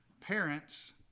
parents